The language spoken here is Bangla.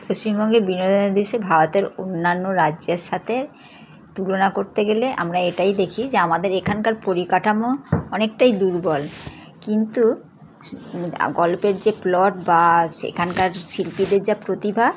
পশ্চিমবঙ্গে বিনোদনের উদ্দেশ্যে ভারতের অন্যান্য রাজ্যের সাথে তুলনা করতে গেলে আমরা এটাই দেখি যে আমাদের এখানকার পরিকাঠামো অনেকটাই দুর্বল কিন্তু গল্পের যে প্লট বা সেখানকার শিল্পীদের যা প্রতিভা